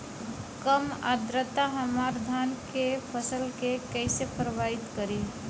कम आद्रता हमार धान के फसल के कइसे प्रभावित करी?